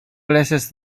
places